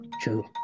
True